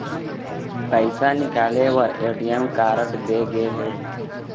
पइसा निकाले बर ए.टी.एम कारड दे गे हे